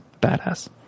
badass